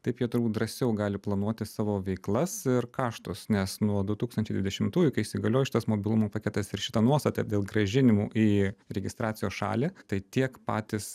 taip jie turbūt drąsiau gali planuoti savo veiklas ir kaštus nes nuo du tūkstančiai dvidešimtųjų kai įsigaliojo šitas mobilumo paketas ir šita nuostata dėl grąžinimų į registracijos šalį tai tiek patys